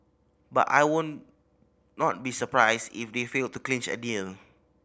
but I would not be surprised if they fail to clinch a deal